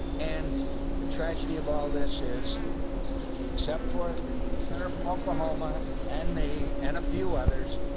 and the tragedy of all this is except for the senator from oklahoma and me and a few others